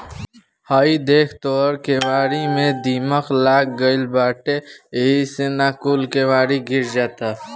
हइ देख तोर केवारी में दीमक लाग गइल बाटे एही से न कूल केवड़िया गिरल जाता